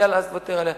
יאללה אז תוותר עליה.